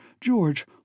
George